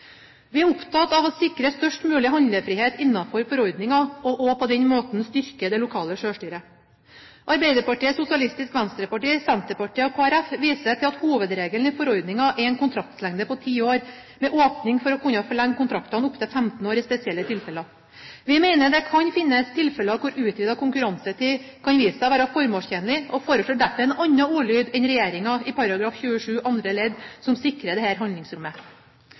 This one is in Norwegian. Vi er opptatt av å sikre størst mulig handlefrihet innenfor forordningen og på den måten styrke det lokale selvstyret. Arbeiderpartiet, Sosialistisk Venstreparti, Senterpartiet og Kristelig Folkeparti viser til at hovedregelen i forordningen er en kontraktslengde på ti år, med åpning for å kunne forlenge kontraktene opptil 15 år i spesielle tilfeller. Vi mener det kan finnes tilfeller hvor utvidet kontraktstid kan vise seg formålstjenlig, og foreslår derfor en annen ordlyd enn regjeringen i § 27 andre ledd som sikrer dette handlingsrommet.